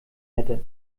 hätte